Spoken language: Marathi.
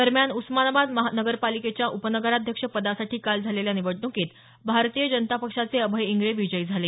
दरम्यान उस्मानाबाद नगरपालिकेच्या उपनगराध्यक्ष पदासाठी काल झालेल्या निवडणुकीत भारतीय जनता पक्षाचे अभय इंगळे विजयी झाले